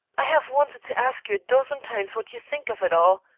i have wanted to ask you a dozen times what you think of it all.